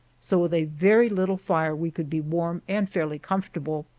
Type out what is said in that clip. so with a very little fire we could be warm and fairly comfortable.